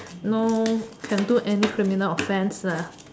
know can do any criminal offence lah